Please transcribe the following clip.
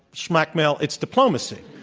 schmackmail, it's diplomacy.